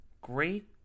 Great